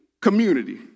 community